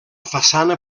façana